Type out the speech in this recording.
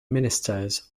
ministers